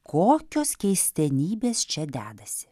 kokios keistenybės čia dedasi